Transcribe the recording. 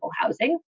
housing